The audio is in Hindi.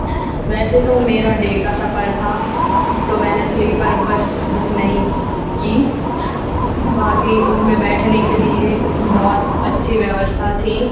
वैसे तो मेरा डे का सफ़र था तो मैंने स्लीपर बस बुक नहीं की बाकी उसमें बैठने के लिए बहुत अच्छी व्यवस्था थी